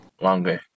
longer